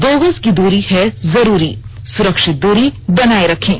दो गज की दूरी है जरूरी सुरक्षित दूरी बनाए रखें